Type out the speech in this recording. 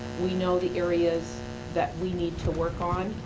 we know the areas that we need to work on.